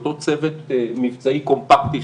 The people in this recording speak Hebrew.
אותו צוות מבצעי קומפקטי,